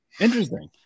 Interesting